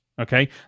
okay